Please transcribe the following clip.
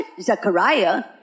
Zechariah